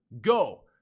go